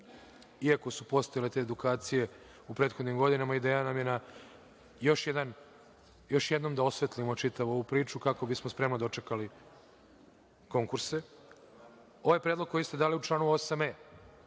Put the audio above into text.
iako su postojale te edukacije u prethodnim godinama. Ideja nam je da još jednom osvetlimo čitavu ovu priču kako bismo spremno dočekali konkurse. Ovaj predlog koji ste dali u članu 8e,